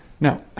Now